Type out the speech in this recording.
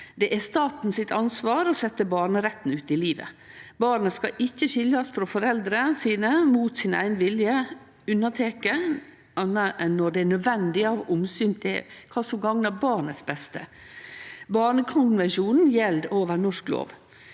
Det er staten sitt ansvar å setje barnerettane ut i livet. Barnet skal ikkje skiljast frå foreldra sine mot eigen vilje, unnateke når dette er nødvendig av omsyn til kva som gagnar barnets beste. Barnekonvensjonen gjeld over norsk lov.